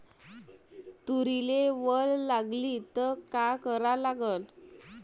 तुरीले वल लागली त का करा लागन?